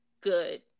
good